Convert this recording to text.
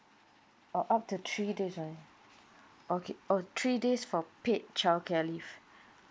orh up to three days only okay oh three days for paid childcare leave